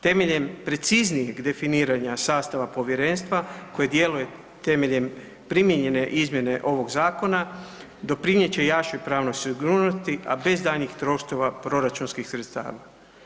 Temeljem preciznijeg definiranja sastava povjerenstva koje djeluje temeljem primijenjene izmjene ovog zakona doprinijet će jačoj pravnoj sigurnosti, a bez daljnjih troškova proračunskih sredstava.